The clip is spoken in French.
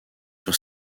sur